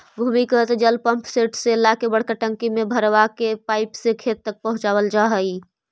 भूमिगत जल पम्पसेट से ला के बड़का टंकी में भरवा के पाइप से खेत तक पहुचवल जा हई